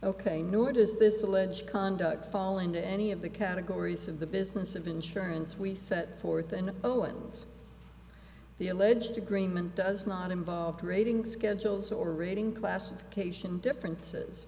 ok nor does this alleged conduct fall into any of the categories of the business of insurance we set forth and owens the alleged agreement does not involve trading schedules or rating classification differences